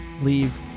leave